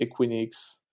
Equinix